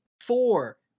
four